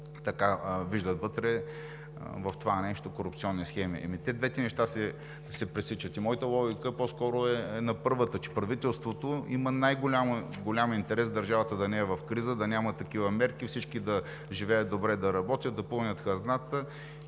виждат вътре в това нещо корупционни схеми. Те двете неща се пресичат. И моята логика по-скоро е на първата, че правителството има най-голям интерес държавата да не е в криза, да няма такива мерки, всички да работят, да живеят добре, да пълнят хазната